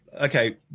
okay